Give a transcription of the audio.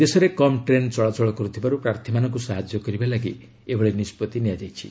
ଦେଶରେ କମ୍ ଟ୍ରେନ୍ ଚଳାଚଳ କରୁଥିବାରୁ ପ୍ରାର୍ଥୀମାନଙ୍କୁ ସାହାଯ୍ୟ କରିବା ଲାଗି ଏଭଳି ନିଷ୍ପତ୍ତି ନିଆଯାଇଛି